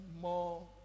more